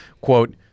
Quote